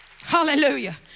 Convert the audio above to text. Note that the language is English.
Hallelujah